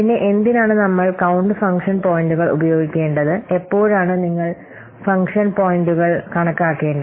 പിന്നെ എന്തിനാണ് നമ്മൾ കൌണ്ട് ഫംഗ്ഷൻ പോയിന്റുകൾ ഉപയോഗിക്കേണ്ടത് എപ്പോഴാണ് നിങ്ങൾ ഫംഗ്ഷൻ പോയിന്റുകൾ കണക്കാക്കേണ്ടത്